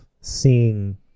seeing